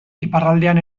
iparraldean